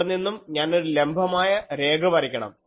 ഇവിടെനിന്നും ഞാനൊരു ലംബമായ രേഖ വരയ്ക്കണം